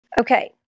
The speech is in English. Okay